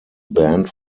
banned